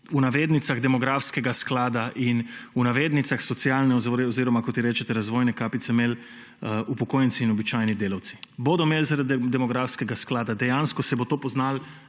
v navednicah demografskega sklada in v navednicah socialne oziroma kot ji rečete razvojne kapice – imeli upokojenci in običajni delavci? Se bo zaradi demografskega sklada to dejansko poznalo